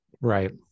Right